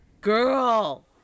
Girl